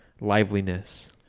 liveliness